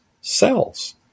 cells